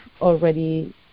already